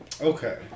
Okay